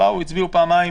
באו הצביעו פעמיים,